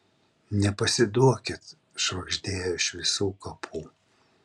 nepasiduokit švagždėjo iš visų kapų